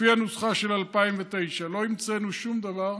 לפי הנוסחה של 2009. לא המצאנו שום דבר,